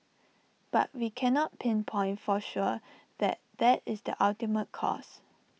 but we cannot pinpoint for sure that that is the ultimate cause